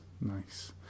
nice